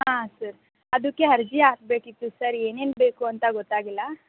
ಹಾಂ ಸರ್ ಅದಕ್ಕೆ ಅರ್ಜಿ ಹಾಕ್ಬೇಕಿತ್ತು ಸರ್ ಏನೇನು ಬೇಕು ಅಂತ ಗೊತ್ತಾಗಿಲ್ಲ